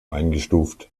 eingestuft